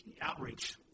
outreach